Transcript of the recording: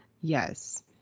Yes